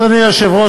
אדוני היושב-ראש,